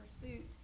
pursuit